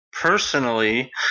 personally